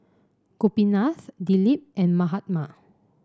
Gopinath Dilip and Mahatma